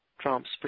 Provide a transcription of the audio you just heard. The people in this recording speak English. trumps